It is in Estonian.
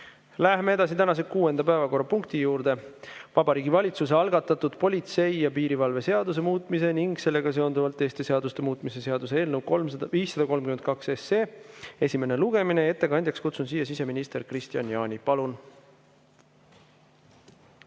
Läheme edasi tänase kuuenda päevakorrapunkti juurde: Vabariigi Valitsuse algatatud politsei ja piirivalve seaduse muutmise ning sellega seonduvalt teiste seaduste muutmise seaduse eelnõu 532 esimene lugemine. Ettekandjaks kutsun siseminister Kristian Jaani. Palun!